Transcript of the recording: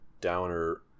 downer